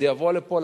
זה יבוא לפה,